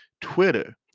Twitter